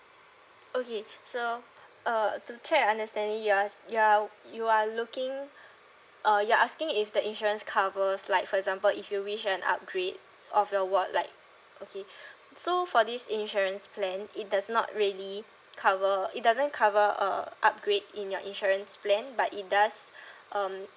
okay so uh to check your understanding you are you are you are looking uh you are asking if the insurance covers like for example if you wish an upgrade of your ward like okay so for this insurance plan it does not really cover it doesn't cover uh upgrade in your insurance plan but it does um